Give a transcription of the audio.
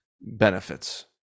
benefits